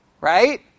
right